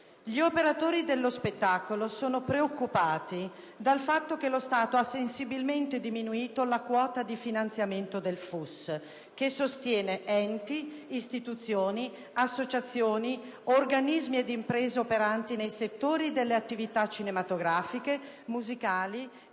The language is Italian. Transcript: Gli operatori dello spettacolo sono preoccupati dal fatto che lo Stato abbia sensibilmente diminuito la quota di finanziamento del FUS che sostiene enti, istituzioni, associazioni, organismi ed imprese operanti nei settori delle attività cinematografiche, musicali,